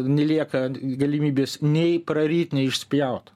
nelieka galimybės nei praryt nei išspjaut